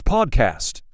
Podcast